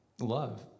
love